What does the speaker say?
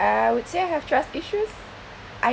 I would say I have trust issues I